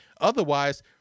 Otherwise